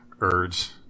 urge